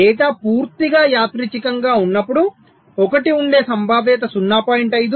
data పూర్తిగా యాదృచ్ఛికంగా ఉన్నప్పుడు 1 ఉండే సంభావ్యత 0